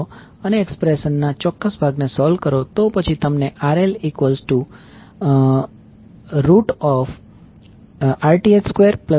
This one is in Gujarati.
અને એક્સપ્રેશન આ ચોક્કસ ભાગને સોલ્વ કરો તો પછી તમને RL √2 Xth 2 મળશે